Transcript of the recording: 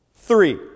three